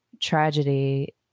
tragedy